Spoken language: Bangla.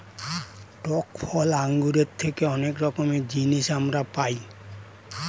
টক ফল আঙ্গুরের থেকে অনেক রকমের জিনিস আমরা পাই